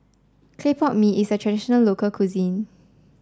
Clay Pot Mee is a traditional local cuisine